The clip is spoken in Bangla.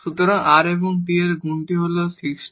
সুতরাং r এবং t এদের গুনটি হল 16